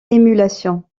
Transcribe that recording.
émulation